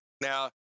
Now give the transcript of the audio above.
Now